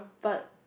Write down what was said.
but